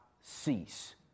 cease